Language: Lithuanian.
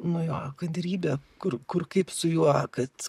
nu jo kantrybė kur kur kaip su juo kad